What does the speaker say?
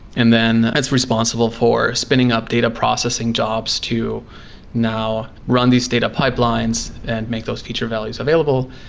and then it's responsible for spinning up data processing jobs to now run these data pipelines and make those feature values available.